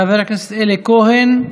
חבר הכנסת אלי כהן,